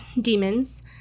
demons